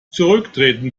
zurücktreten